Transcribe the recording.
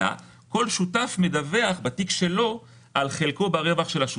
אלא כל שותף מדווח בתיק שלו על חלקו ברווח של השותפות.